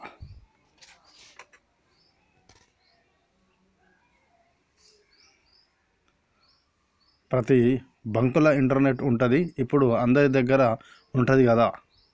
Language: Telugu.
ప్రతి బాంకుల ఇంటర్నెటు ఉంటది, గిప్పుడు అందరిదగ్గర ఉంటంది గదా